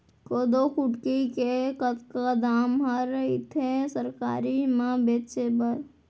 कोदो कुटकी के कतका दाम ह रइथे सरकारी म बेचे बर?